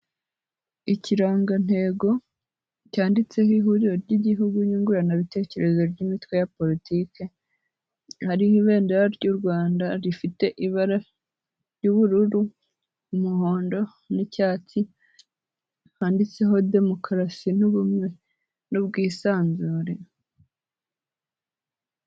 Ikirangantego cyanditseho ihuriro ry'igihugu nyunguranabitekerezo ry'imitwe ya politiki, hariho ibendera ry'u Rwanda rifite ibara ry'ubururu, umuhondo n'icyatsi, handitseho demokarasi n'ubumwe n'ubwisanzure.